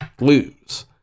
lose